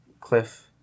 cliff